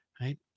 right